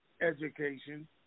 education